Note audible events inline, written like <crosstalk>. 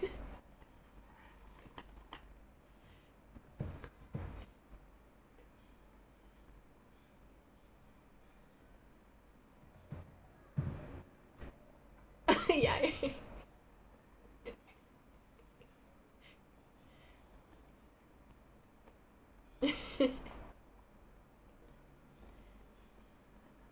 <laughs> ya ya <laughs>